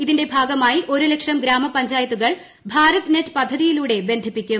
ഇതിന്റെ ഭാഗമായി ഒരുലക്ഷം ഗ്രാമപഞ്ചായത്തുകൾ ഭാരത് നെറ്റ് പദ്ധതിയിലൂടെ ബന്ധിപ്പിക്കും